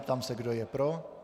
Ptám se, kdo je pro.